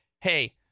hey